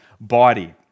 body